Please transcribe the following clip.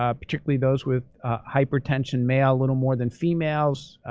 ah particularly those with hypertension. male a little more than females.